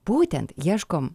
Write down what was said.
būtent ieškom